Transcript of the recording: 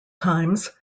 times